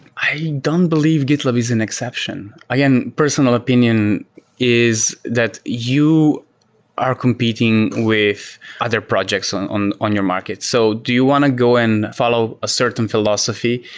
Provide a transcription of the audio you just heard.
i don't believe gitlab is an exception. again, personal opinion is that you are competing with other projects on on your market. so do you want to go and follow a certain philosophy,